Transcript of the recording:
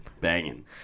Banging